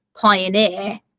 pioneer